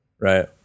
right